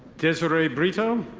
desiree brito.